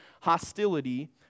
hostility